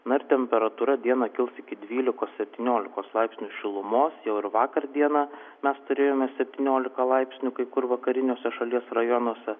na ir temperatūra dieną kils iki dvylikos septyniolikos laipsnių šilumos jau ir vakar dieną mes turėjome septyniolika laipsnių kai kur vakariniuose šalies rajonuose